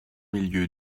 milieu